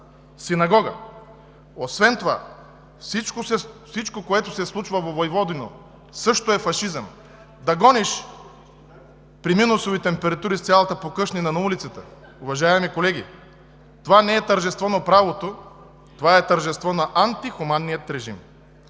синагога. Освен това всичко, което се случва във Войводиново, също е фашизъм – да гониш при минусови температури с цялата покъщнина на улицата. Уважаеми колеги, това не е тържество на правото, това е тържество на антихуманния режим.